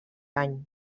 any